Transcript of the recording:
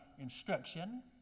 instruction